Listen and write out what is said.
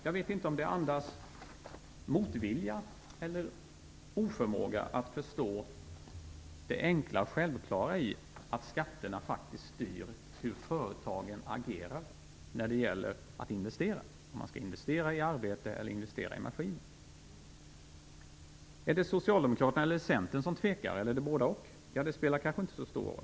Jag vet inte om det andas motvilja eller oförmåga att förstå det enkla och självklara i att skatterna faktiskt styr hur företagen agerar när det gäller att investera - om man investerar i arbete eller i maskiner. Är det Socialdemokraterna eller Centern som tvekar, eller båda? Det spelar kanske inte så stor roll.